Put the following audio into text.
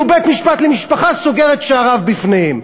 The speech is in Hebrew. בית-משפט לענייני משפחה סוגר את שעריו בפניהם.